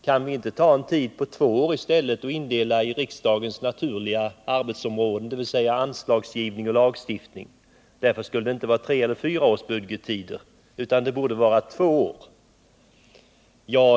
Kan vi inte ta en tid på två år i stället och dela upp verksamheten efter riksdagens naturliga arbetsområden, dvs. anslagsgivning och lagstiftning? Det skulle inte vara treeller fyraåriga budgettider, utan det borde vara två år.